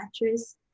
mattress